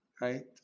right